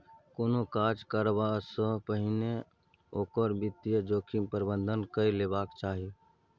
कोनो काज करबासँ पहिने ओकर वित्तीय जोखिम प्रबंधन कए लेबाक चाही